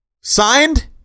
signed